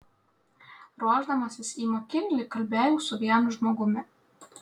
ruošdamasis į makinlį kalbėjau su vienu žmogumi